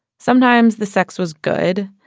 sometimes, the sex was good.